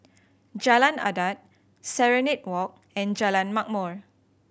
Jalan Adat Serenade Walk and Jalan Ma'mor